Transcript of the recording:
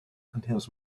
contains